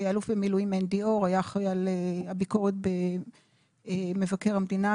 אלוף במילואים מנדי אור היה אחראי על הביקורת במבקר המדינה,